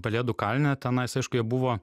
pelėdų kalne tenais aišku jie buvo